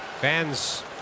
Fans